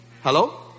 Hello